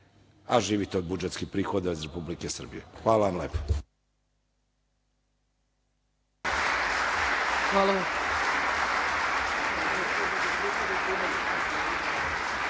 a živite od budžetskih prihoda iz Republike Srbije. Hvala vam lepo.